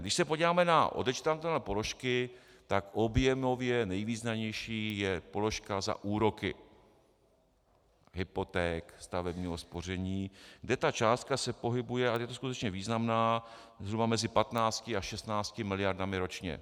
Když se podíváme na odečitatelné položky, tak objemově nejvýznamnější je položka za úroky hypoték, stavebního spoření, kde ta částka se pohybuje, a je skutečně významná, zhruba mezi 15 až 16 miliardami ročně.